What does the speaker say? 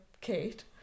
Kate